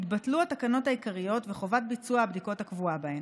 יתבטלו התקנות העיקריות וחובת ביצוע הבדיקות הקבועה בהן.